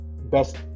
best